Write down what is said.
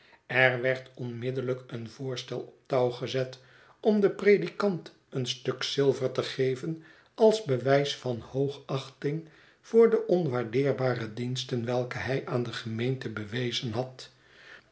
er werd onmiddellijk een voorstel op touw gezet om den predikant een stuk zilver te geven als bewijs van hoogachting voor de onwaardeerbare diensten welke hij aan de gemeente bewezen had